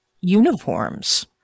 uniforms